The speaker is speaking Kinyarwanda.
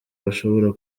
bashobora